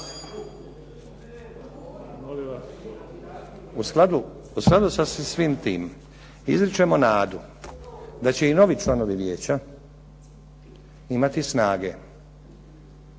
U skladu sa svim tim izričemo nadu da će i novi članovi vijeća imati snage